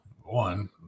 One